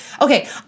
Okay